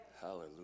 Hallelujah